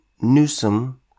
Newsom